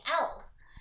else